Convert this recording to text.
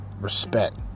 respect